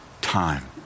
time